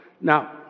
Now